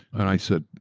and i said,